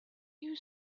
you